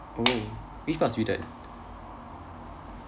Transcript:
oh which part of sweden